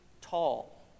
tall